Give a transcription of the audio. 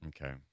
Okay